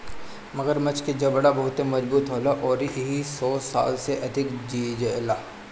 मगरमच्छ के जबड़ा बहुते मजबूत होला अउरी इ सौ साल से अधिक जिएला